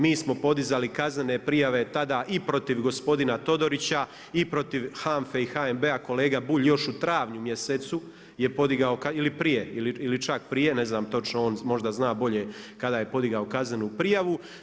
Mi smo podizali kaznene prijave tada i protiv gospodina Todorića i protiv HANFA-e i HNB-a kolega Bulj još u travnju mjesecu je podigao ili prije ili čak prije, ne znam točno, on možda zna bolje kada je podigao kaznenu prijavu.